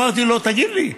אמרתי לו: תגיד לי,